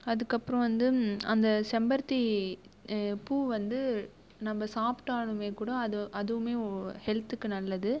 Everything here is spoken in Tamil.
அதுக்கப்புறம் வந்து அந்த செம்பருத்தி பூ வந்து நம்ம சாப்டாலும் கூட அதுவும் அதுவுமே ஹெல்த்துக்கு நல்லது